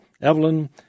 Evelyn